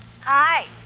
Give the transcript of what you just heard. Hi